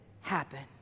happen